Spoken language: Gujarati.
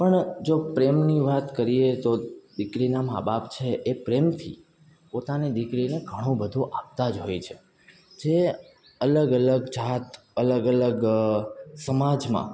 પણ જો પ્રેમની વાત કરીએ તો તો દીકરીના મા બાપ છે એ પ્રેમથી પોતાની દીકરીને ઘણું બધું આપતા જ હોય છે જે અલગ અલગ જાત અલગ અલગ સમાજમાં